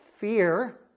fear